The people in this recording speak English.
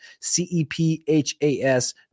C-E-P-H-A-S